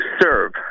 serve